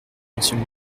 monsieur